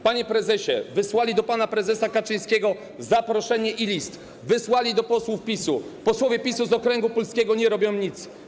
Panie prezesie, wysłali do pana prezesa Kaczyńskiego zaproszenie i list, wysłali też do posłów PiS-u, posłowie PiS-u z okręgu nie robią nic.